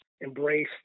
embrace